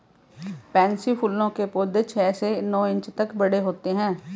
pansy फूल के पौधे छह से नौ इंच तक बड़े होते हैं